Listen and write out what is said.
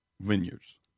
Vineyards